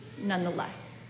nonetheless